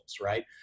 Right